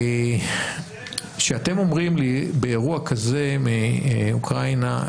כשאתם אומרים לי באירוע כזה מאוקראינה,